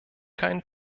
keinen